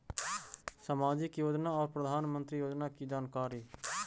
समाजिक योजना और प्रधानमंत्री योजना की जानकारी?